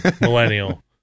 millennial